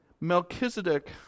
Melchizedek